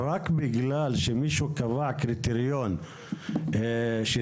וזאת רק בגלל שמישהו קבע קריטריון שזה